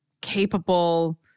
capable